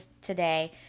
today